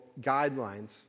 guidelines